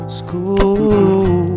school